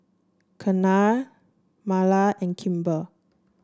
Keanna Marla and Kimber